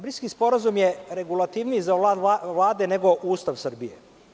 Briselski sporazum je regulativniji za rad Vlade, nego Ustav Srbije.